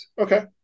Okay